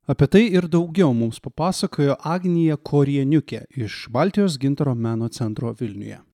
apie tai ir daugiau mums papasakojo agnija korieniukė iš baltijos gintaro meno centro vilniuje